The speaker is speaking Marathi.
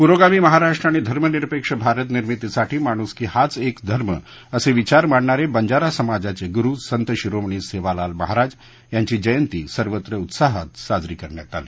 प्रोगामी महाराष्ट्र आणि धर्मनिरपेक्ष भारत निर्मितीसाठी माणूसकी हाच एक धर्म असे विचार मांडणारे बंजारा समाजाचे गुरु संत शिरोमणी सेवालाल महाराज यांची जयंती सर्वत्र साजरी करण्यात आली